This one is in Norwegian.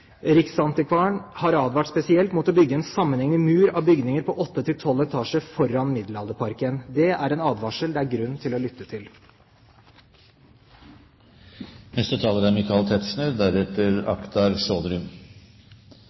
Riksantikvaren har advart spesielt mot å bygge en sammenhengende mur av bygninger på åtte til tolv etasjer foran Middelalderparken. Det er en advarsel det er grunn til å lytte til. Det er